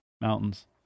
Mountains